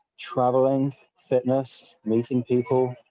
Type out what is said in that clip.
traveling, fitness, meeting people,